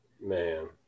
man